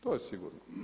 To je sigurno.